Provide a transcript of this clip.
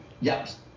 Yes